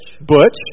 Butch